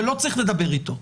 ולא צריך לדבר איתו.